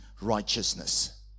righteousness